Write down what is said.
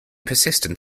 persistent